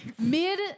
mid